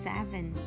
Seven